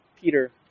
Peter